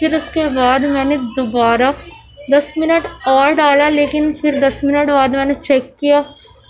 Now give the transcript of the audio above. پھر اس کے بعد میں نے دوبارہ دس منٹ اور ڈالا لیکن پھر دس منٹ بعد میں نے چیک کیا